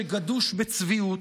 שגדוש בצביעות.